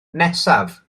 nesaf